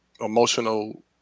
emotional